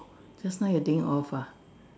just now you didn't off ah